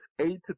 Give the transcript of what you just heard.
eight